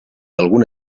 alguna